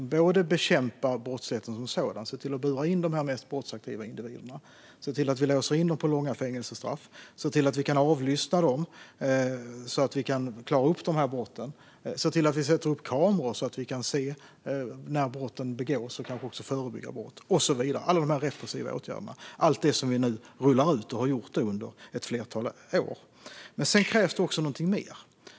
Vi måste bekämpa brottsligheten som sådan genom att bura in de mest brottsaktiva individerna och ge dem långa fängelsestraff, se till att vi kan avlyssna dem så att vi kan klara upp de här brotten, sätta upp kameror så att vi kan se när brott begås och kanske också förebygga brott och så vidare - alla de här repressiva åtgärderna, allt det som vi nu rullar ut och har rullat ut under ett flertal år. Men det krävs också något mer.